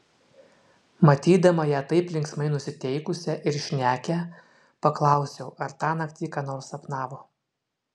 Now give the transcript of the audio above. matydama ją taip linksmai nusiteikusią ir šnekią paklausiau ar tąnakt ji ką nors sapnavo